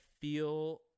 feel